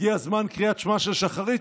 הגיע זמן קריאת שמע של שחרית",